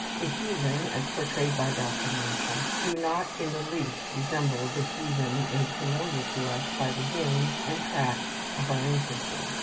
the heathen, as portrayed by dr. marshall, do not in the least resemble the heathen made familiar to us by the hymns and tracts of our infancy.